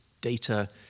data